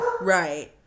Right